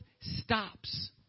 stops